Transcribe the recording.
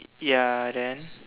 ya then